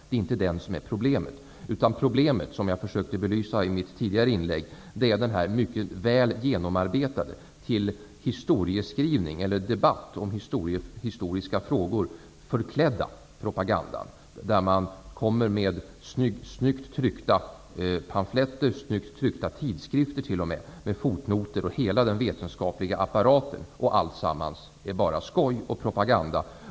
Det är inte den som är problemet, utan problemet är -- som jag försökte belysa i mitt tidigare inlägg -- den mycket väl genomarbetade och till debatt om historiska frågor förklädda propagandan. Där kommer man med snyggt tryckta pamfletter och t.o.m. med snyggt tryckta tidskrifter med fotnoter och hela den vetenskapliga apparaten -- och alltsammans framställs som bara skoj och propaganda!